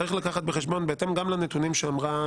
צריך לקחת בחשבון, בהתאם גם לנתונים שאמרה